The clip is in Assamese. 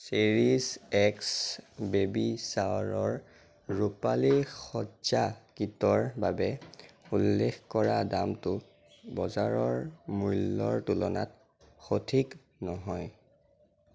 চেৰিছ এক্স বেবী শ্বাৱাৰৰ ৰূপালী সজ্জা কিটৰ বাবে উল্লেখ কৰা দামটো বজাৰৰ মূল্যৰ তুলনাত সঠিক নহয়